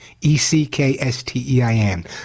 E-C-K-S-T-E-I-N